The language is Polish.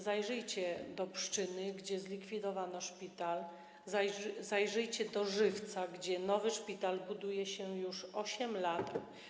Zajrzyjcie do Pszczyny, gdzie zlikwidowano szpital, zajrzyjcie do Żywca, gdzie nowy szpital buduje się już od 8 lat.